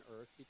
earth